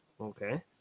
Okay